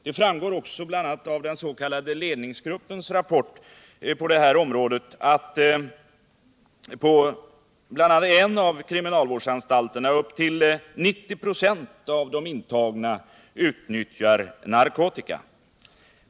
Det framgår också bl.a. av den s.k. ledningsgruppens rapport att på en av kriminalvårdsanstalterna upp till 90 26 av de intagna nyttjar narkotika.